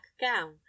gown